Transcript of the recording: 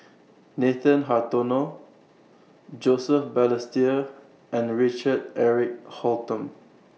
Nathan Hartono Joseph Balestier and Richard Eric Holttum